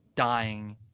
dying